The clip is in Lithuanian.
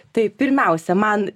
tai pirmiausia man